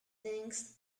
innings